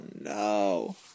no